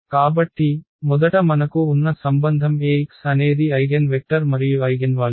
కాబట్టి మొదట మనకు ఉన్న సంబంధం A x అనేది ఐగెన్వెక్టర్ మరియు ఐగెన్వాల్యూ